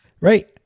Right